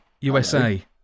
USA